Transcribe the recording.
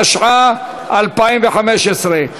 התשע"ה 2015,